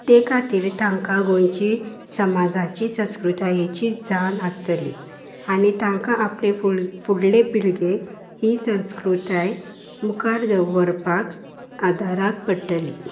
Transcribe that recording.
ते खातीर तांकां गोंयची समाजाची संस्कृतायेची जाण आसतली आनी तांकां आपले फुडले पिळगेक ही संस्कृताय मुखार दवरपाक आदाराक पडटली